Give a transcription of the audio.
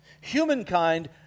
Humankind